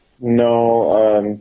No